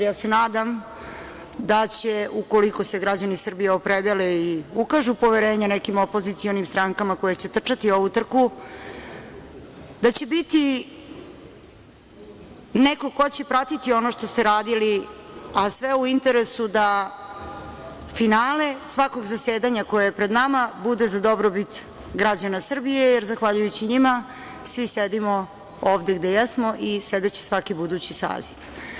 Nadam se da će ukoliko se građani Srbije opredele i ukažu poverenje nekim opozicionim strankama koje će trčati ovu trku, da će biti neko ko će pratiti ono što ste radili, a sve u interesu da finale svakog zasedanja koje je pred nama bude za dobrobit građana Srbije, jer zahvaljujući njima svi sedimo ovde gde jesmo i sedeći svaki budući saziv.